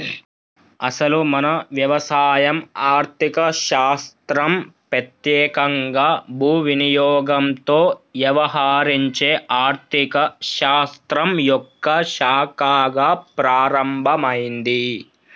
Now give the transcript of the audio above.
అసలు మన వ్యవసాయం ఆర్థిక శాస్త్రం పెత్యేకంగా భూ వినియోగంతో యవహరించే ఆర్థిక శాస్త్రం యొక్క శాఖగా ప్రారంభమైంది